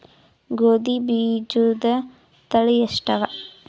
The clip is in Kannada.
ಗೋಧಿ ಬೀಜುದ ತಳಿ ಎಷ್ಟವ?